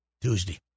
Tuesday